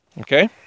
Okay